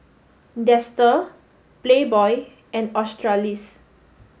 Dester Playboy and Australis